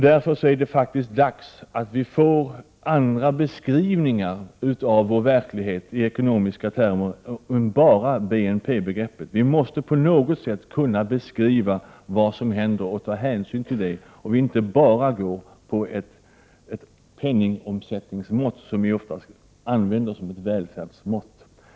Därför är det dags att vi får andra beskrivningar av vår verklighet i ekonomiska termer, inte bara BNP-begreppet. Vi måste på något sätt kunna beskriva vad som händer och ta hänsyn till det och inte bara ha ett penningomsättningsmått, som vi oftast använder som ett välfärdsmått.